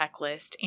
checklist